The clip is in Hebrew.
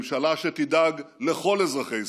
ממשלה שתדאג לכל אזרחי ישראל,